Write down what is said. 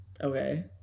Okay